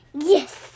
Yes